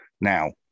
Now